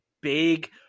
big